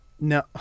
No